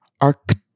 Arctic